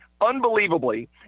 unbelievably